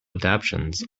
adaptions